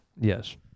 Yes